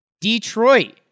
Detroit